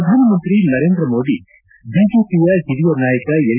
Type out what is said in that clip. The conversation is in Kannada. ಪ್ರಧಾನಮಂತ್ರಿ ನರೇಂದ್ರ ಮೋದಿ ಬಿಜೆಪಿ ಹಿರಿಯ ನಾಯಕ ಎಲ್